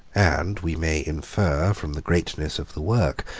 and we may infer, from the greatness of the work,